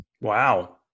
Wow